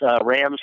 Rams